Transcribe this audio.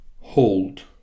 hold